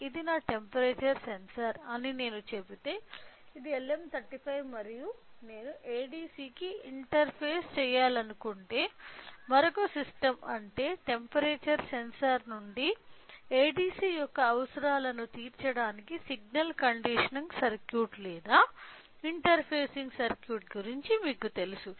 ఇది నా temperature sensor అది LM35 మరియు నేను ADC కి ఇంటర్ఫేస్ చేయాలనుకుంటే మరొక సిస్టం యొక్క టెంపరేచర్ సెన్సార్ నుండి ADC యొక్క అవసరాలను తీర్చడానికి సిగ్నల్ కండిషనింగ్ సర్క్యూట్ లేదా ఇంటర్ఫేసింగ్ సర్క్యూట్ ను ఉపయోగించాలి